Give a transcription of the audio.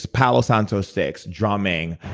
palo santo sticks, drumming,